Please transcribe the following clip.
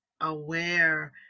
aware